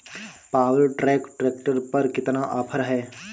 Power track tractor पर कितना offer है?